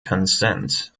consent